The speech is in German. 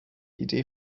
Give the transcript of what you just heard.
idee